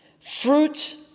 Fruit